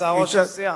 אתה ראש הסיעה.